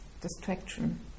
distraction